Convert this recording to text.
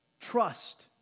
Trust